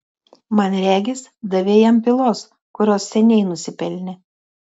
man regis davei jam pylos kurios seniai nusipelnė